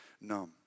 numb